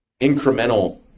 incremental